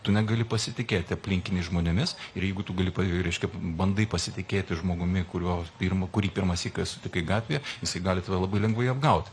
tu negali pasitikėti aplinkiniais žmonėmis ir jeigu tu gali reiškia bandai pasitikėti žmogumi kuriuo pirma kurį pirmąsyk sutikai gatvėje jisai gali tave labai lengvai apgauti